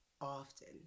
often